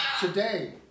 today